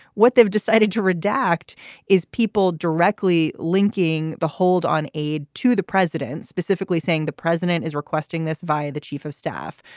what they've decided to redact is people directly linking the hold on aide to the president, specifically saying the president is requesting this via the chief of staff,